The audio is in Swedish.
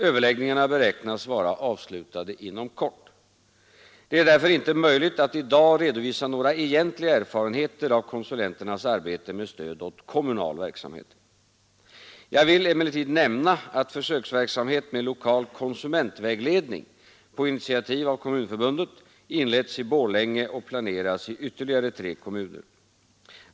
Överläggningarna beräknas vara avslutade inom kort. Det är därför inte möjligt att i dag redovisa några egentliga erfarenheter av konsulenternas arbete med stöd åt kommunal verksamhet. Jag vill emellertid nämna att försöksverksamhet med lokal konsumentvägledning på initiativ av Kommunförbundet inletts i Borlänge och planeras i ytterligare tre kommuner.